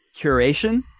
curation